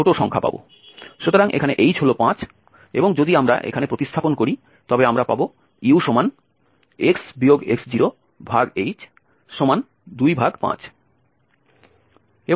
সুতরাং এখানে h হল 5 এবং যদি আমরা এখানে প্রতিস্থাপন করি তবে আমরা পাব ux x0h25